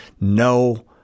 No